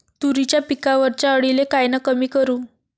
तुरीच्या पिकावरच्या अळीले कायनं कमी करू?